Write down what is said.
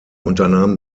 unternahm